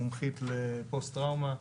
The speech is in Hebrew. מומחית לפוסט-טראומה,